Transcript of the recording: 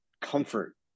comfort